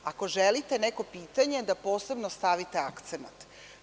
Ako želite neko pitanje, da posebno stavite akcenat.